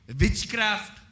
witchcraft